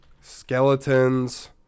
skeletons